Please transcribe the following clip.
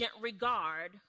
regard